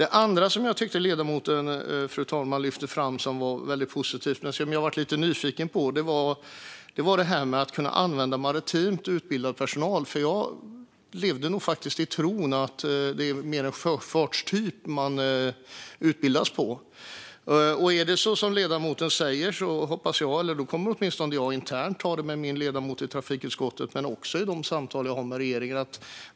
Det andra som ledamoten lyfte fram som var väldigt positivt blev jag lite nyfiken på. Det var detta med att kunna använda maritimt utbildad personal. Jag levde nog i tron att det är mer en fartygstyp man utbildas på. Är det som ledamoten säger kommer åtminstone jag att ta upp det internt med min ledamot i trafikutskottet men också i de samtal som jag har med regeringen.